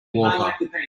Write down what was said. water